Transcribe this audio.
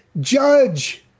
judge